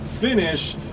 finish